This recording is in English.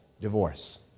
divorce